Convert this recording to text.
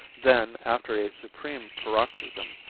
then, after a supreme paroxysm,